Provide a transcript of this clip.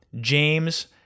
James